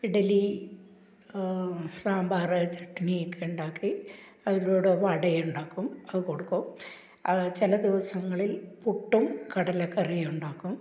ഇഡലി സാമ്പാർ ചട്നിയൊക്കെ ഉണ്ടാക്കി അതിലൂടെ വടയുണ്ടാക്കും അതു കൊടുക്കും അതു ചില ദിവസങ്ങളില് പുട്ടും കടലക്കറിയും ഉണ്ടാക്കും